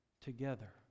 together